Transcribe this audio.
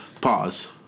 Pause